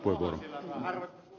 arvoisa puhemies